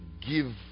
give